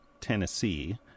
tennessee